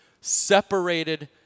Separated